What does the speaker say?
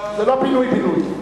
על פינוי-בינוי?